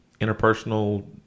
Interpersonal